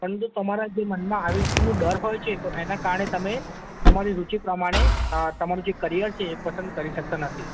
પરંતુ તમારા જે મનમાં આવી રીતનું ડર હોય છે તો એના કારણે તમે તમારી રૂચિ પ્રમાણે અઅ તમાંરુ જે કરિયર છે એ પસંદ કરી શકતા નથી